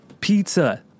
Pizza